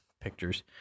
pictures